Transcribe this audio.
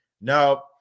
now